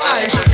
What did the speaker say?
ice